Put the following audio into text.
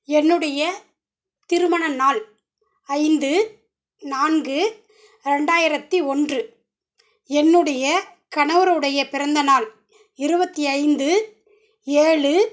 என்னுடைய திருமணநாள் ஐந்து நான்கு ரெண்டாயிரத்து ஒன்று என்னுடைய கணவருடைய பிறந்த நாள் இருபத்தி ஐந்து ஏழு